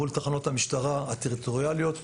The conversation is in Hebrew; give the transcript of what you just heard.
מול תחנות המשטרה הטריטוריאליות,